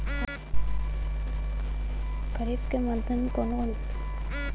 खरीफ के मौसम मे कवन कवन फसल उगावल जा सकेला?